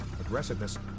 aggressiveness